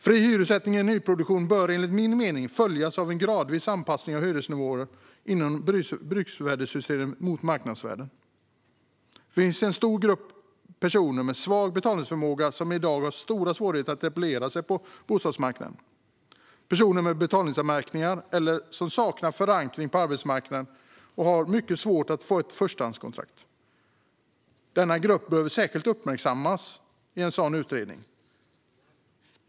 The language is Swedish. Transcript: Fri hyressättning i nyproduktion bör enligt min mening följas av en gradvis anpassning av hyresnivåer inom bruksvärdessystemet mot marknadsvärden. Det finns en stor grupp personer med svag betalningsförmåga som i dag har stora svårigheter att etablera sig på bostadsmarknaden. Personer med betalningsanmärkningar eller som saknar förankring på arbetsmarknaden har mycket svårt att få ett förstahandskontrakt. Denna grupp behöver i en sådan utredning särskilt uppmärksammas.